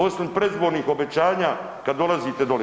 Osim predizbornih obećanja, kad dolazite doli.